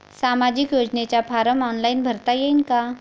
सामाजिक योजनेचा form online भरता येईन का?